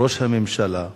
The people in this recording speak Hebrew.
ראש הממשלה,